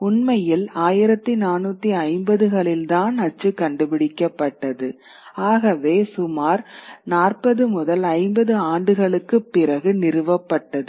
உண்மையில் 1450 களில் தான் அச்சு கண்டுபிடிக்கப்பட்டது ஆகவே சுமார் 40 50 ஆண்டுகளுக்குப் பிறகு நிறுவப்பட்டது